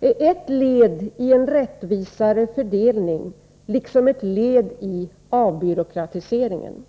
är ett led i en rättvisare fördelning liksom ett led i avbyråkratiseringen.